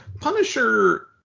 Punisher